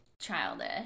childish